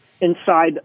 inside